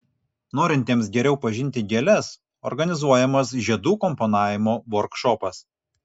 norintiems geriau pažinti gėles organizuojamas žiedų komponavimo vorkšopas